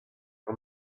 eur